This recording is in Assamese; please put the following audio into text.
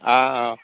অঁ অঁ